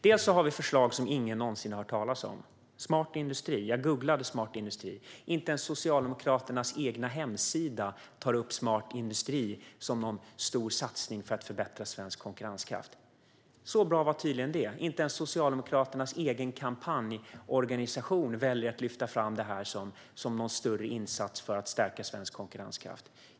Hon nämner förslag som ingen någonsin har hört talas om, som smart industri. Jag googlade "smart industri". Inte ens Socialdemokraternas egen hemsida tar upp smart industri som någon stor satsning för att förbättra svensk konkurrenskraft. Så bra var tydligen det: Inte ens Socialdemokraternas egen kampanjorganisation väljer att lyfta fram det här som någon större insats för att stärka svensk konkurrenskraft.